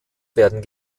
werden